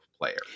player